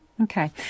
Okay